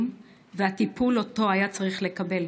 ואת הטיפול שאותו הוא היה צריך לקבל.